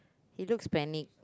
he looks panicked